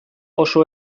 oso